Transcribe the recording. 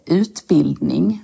utbildning